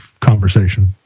conversation